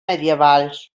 medievals